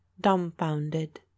dumbfounded